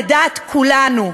לדעת כולנו,